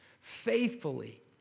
faithfully